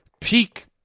peak